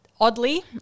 oddly